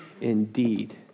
indeed